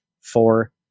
four